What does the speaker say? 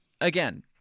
again